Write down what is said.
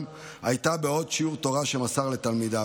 הייתה בעוד שיעור תורה שמסר לתלמידיו,